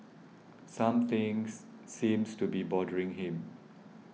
some things seems to be bothering him